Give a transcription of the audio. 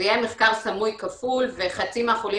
זה יהיה מחקר סמוי כפול וחצי מהחולים